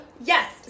Yes